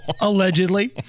Allegedly